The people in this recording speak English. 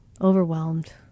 overwhelmed